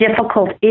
difficult